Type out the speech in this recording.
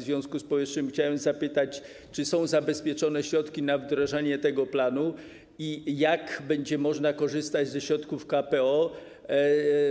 W związku z powyższym chciałbym zapytać: Czy są zabezpieczone środki na wdrażanie tego planu i jak będzie można korzystać ze środków KPO